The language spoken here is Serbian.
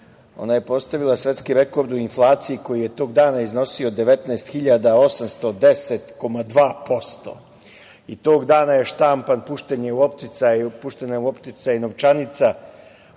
Ona je postavila svetski rekord u inflaciji koji je tog dana iznosio 19.810,2% i tog dana je štampana, puštena je u opticaj i novčanica od